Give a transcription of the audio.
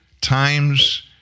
Times